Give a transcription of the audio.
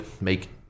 make